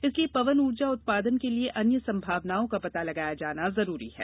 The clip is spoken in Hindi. इसलिए पवन ऊर्जा उत्पादन के लिए अन्य संभावनाओं का पता लगाया जाना जरूरी है